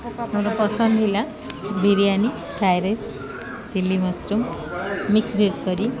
ମୋର ପସନ୍ଦ ହେଲା biryani fried rice chilli mushroom mix veg କରି